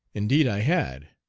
indeed i had,